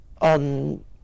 on